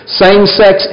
same-sex